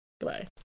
Goodbye